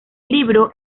libro